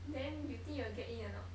then you think you will get in or not